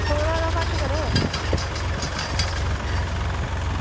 थोह्ड़ा हारा घट्ट करो